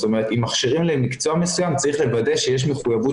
זאת אומרת אם מכשירים למקצוע מסוים צריך לוודא שיש מחויבות